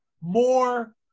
more